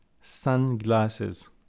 sunglasses